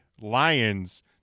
lions